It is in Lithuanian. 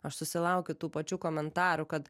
aš susilaukiu tų pačių komentarų kad